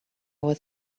was